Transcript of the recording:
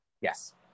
Yes